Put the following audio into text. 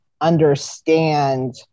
understand